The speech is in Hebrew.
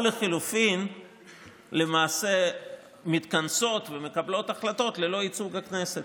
או לחלופין מתכנסות ומקבלות החלטות ללא ייצוג הכנסת.